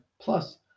plus